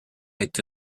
été